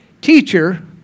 teacher